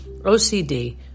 OCD